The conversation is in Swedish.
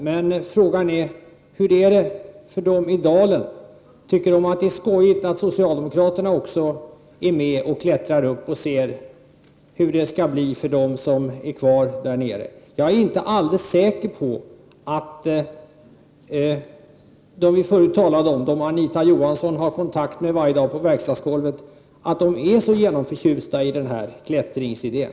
Men frågan är hur det är för dem nere i dalen: Tycker de att det är skojigt att socialdemokraterna också klättrar upp och ser hur det skall bli för dem som är kvar där nere? Jag är inte helt säker på att de som vi tidigare talade om, som Anita Johansson har kontakt med varje dag på verkstadsgolvet, är så överförtjusta över den här klättringsidén.